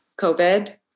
COVID